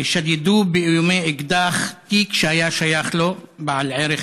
ושדדו באיומי אקדח תיק שהיה שייך לו, בעל ערך